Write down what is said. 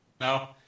No